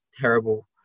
terrible